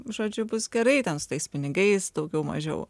žodžiu bus gerai ten su tais pinigais daugiau mažiau